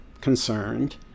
concerned